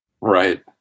right